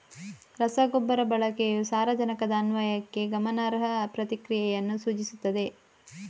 ರಸಗೊಬ್ಬರ ಬಳಕೆಯು ಸಾರಜನಕದ ಅನ್ವಯಕ್ಕೆ ಗಮನಾರ್ಹ ಪ್ರತಿಕ್ರಿಯೆಯನ್ನು ಸೂಚಿಸುತ್ತದೆ